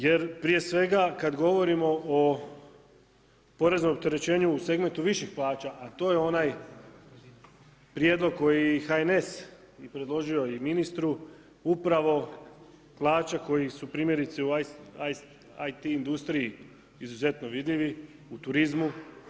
Jer prije svega kada govorimo o poreznom opterećenju u segmentu viših plaća a to je onaj prijedlog koji je i HNS predložio i ministru upravo plaća koje su primjerice u IT industriji izuzetno vidljivi, u turizmu.